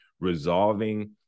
Resolving